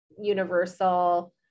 universal